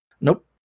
Nope